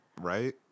Right